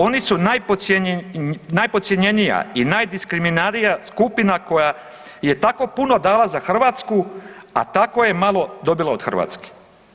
Oni su najpodcjenjenija i najdiskriminiranija skupina koja je tako puno dala za Hrvatsku, a tako je malo dobila od Hrvatske.